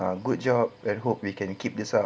um good job let's hope we can keep this up